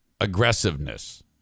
aggressiveness